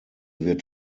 wird